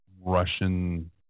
Russian